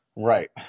Right